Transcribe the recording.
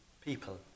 people